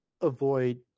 avoid